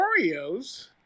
Oreos